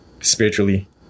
spiritually